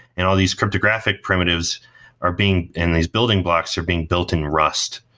and all these cryptographic primitives are being in these building blocks are being built in rust,